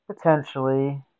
potentially